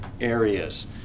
areas